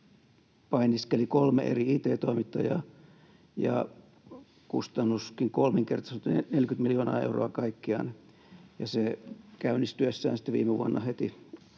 painiskeli kolme eri it-toimittajaa ja kustannuskin kolminkertaistui, 40 miljoonaa euroa kaikkiaan, ja käynnistyessään viime vuonna se